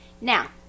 Now